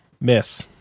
Miss